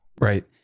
Right